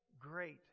great